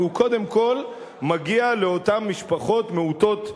והוא קודם כול מגיע לאותן משפחות מעוטות יכולת,